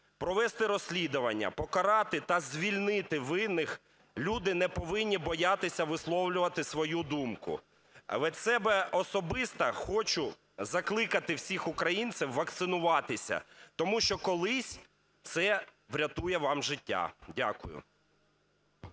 провести розслідування, покарати та звільнити винних. Люди не повинні боятися висловлювати свою думку. Від себе особисто хочу закликати всіх українців вакцинуватися, тому що колись це врятує вам життя. Дякую.